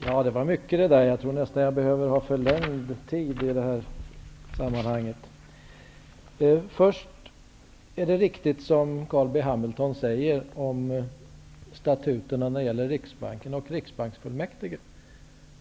Herr talman! Det var mycket det där. Jag tror nästan att jag behöver ha förlängd tid i det här sammanhanget. Först är det riktigt som Carl B Hamilton säger om statuterna när det gäller Riksbanken och Riksbanksfullmäktige.